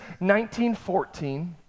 1914